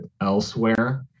elsewhere